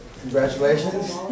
Congratulations